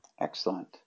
Excellent